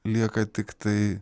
lieka tiktai